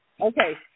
Okay